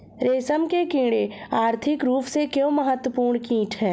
रेशम के कीड़े आर्थिक रूप से क्यों महत्वपूर्ण कीट हैं?